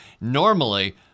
normally